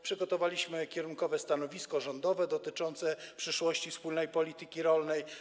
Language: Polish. Przygotowaliśmy kierunkowe stanowisko rządowe dotyczące przyszłości wspólnej polityki rolnej.